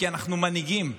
כי אנחנו מנהיגים.